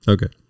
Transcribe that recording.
Okay